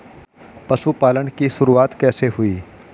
पशुपालन की शुरुआत कैसे हुई?